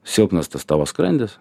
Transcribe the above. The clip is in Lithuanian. silpnas tas tavo skrandis